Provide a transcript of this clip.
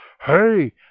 hey